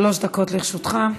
בבקשה, שלוש דקות לרשותך.